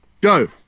go